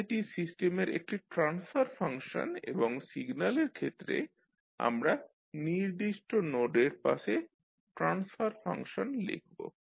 তাহলে এটি সিস্টেমের একটি ট্রান্সফার ফাংশন এবং সিগনালের ক্ষেত্রে আমরা নির্দিষ্ট নোডের পাশে ট্রান্সফার ফাংশন লিখব